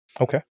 Okay